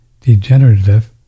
degenerative